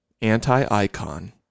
Anti-Icon